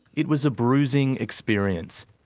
it was a bruising experience.